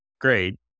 great